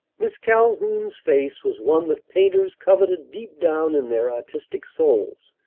miss calhoun's face was one that painters coveted deep down in their artistic souls.